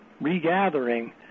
regathering